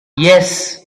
yes